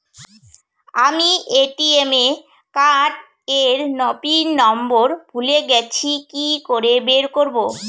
আমি ATM card এর pin নম্বর ভুলে গেছি কি করে বের করব?